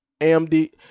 AMD